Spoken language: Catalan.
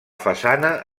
façana